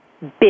big